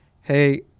hey